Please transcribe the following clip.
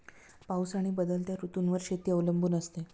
पाऊस आणि बदलत्या ऋतूंवर शेती अवलंबून असते